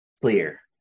Clear